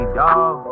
dawg